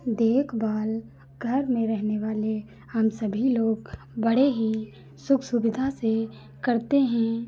देखभाल घर में रहने वाले हम सभी लोग बड़े ही सुख सुविधा से करते हैं